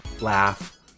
laugh